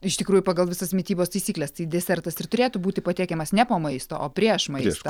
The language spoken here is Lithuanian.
iš tikrųjų pagal visas mitybos taisykles tai desertas ir turėtų būti patiekiamas ne po maisto o prieš maistą